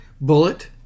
Bullet